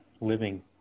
living